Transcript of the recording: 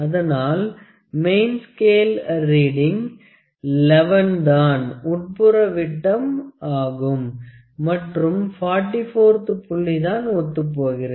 அதனால் main scale reading 11 தான் உட்புற விட்டம் ஆகும் மற்றும் 44 த்து புள்ளி தான் ஒத்துப் போகிறது